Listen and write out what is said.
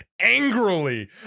angrily